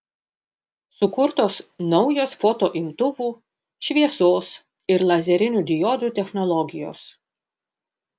sukurtos naujos fotoimtuvų šviesos ir lazerinių diodų technologijos